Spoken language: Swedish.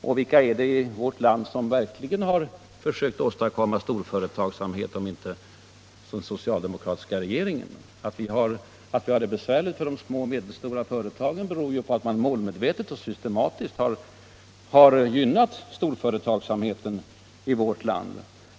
Men vilka är det i vårt land som verkligen har försökt åstadkomma storföretagsamhet om inte de socialdemokratiska regeringsledamöterna! Att de små och medelstora företagen har det besvärligt beror ju på att man målmedvetet och systematiskt har gynnat storföretagsamheten i vårt land.